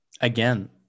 again